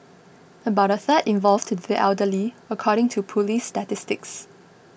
about a third involved the elderly according to police statistics